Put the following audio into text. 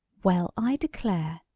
well, i declare!